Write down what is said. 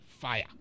fire